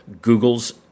Google's